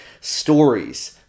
stories